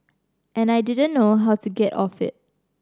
and I didn't know how to get off it